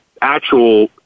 actual